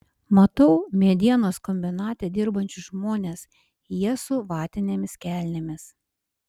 matau medienos kombinate dirbančius žmones jie su vatinėmis kelnėmis